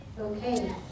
Okay